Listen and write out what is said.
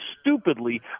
stupidly